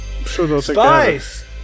Spice